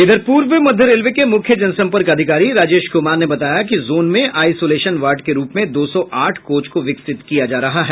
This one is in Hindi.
इधर पूर्व मध्य रेलवे के मुख्य जनसंपर्क अधिकारी राजेश कुमार ने बताया कि जोन में आइसोलेशन वार्ड के रूप में दो सौ आठ कोच को विकसित किया जा रहा है